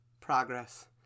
progress